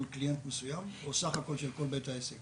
מול קליינט מסוים או סך הכול של כל בית העסק?